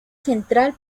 central